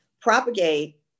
propagate